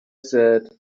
said